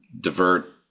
divert